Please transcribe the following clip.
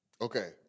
Okay